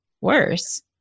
worse